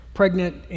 pregnant